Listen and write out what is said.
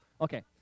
okay